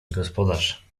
gospodarz